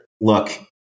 Look